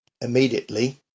immediately